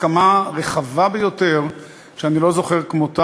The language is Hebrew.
חודשים יותר מ-100 חברי כנסת חתמו על פנייה